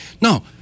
No